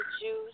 juice